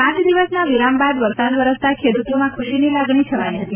પાંચ દિવસના વિરામ બાદ વરસાદ વરસતાં ખેડૂતોમાં ખુશીની લાગણી છવાઈ હતી